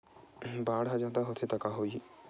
बाढ़ ह जादा होथे त का होही?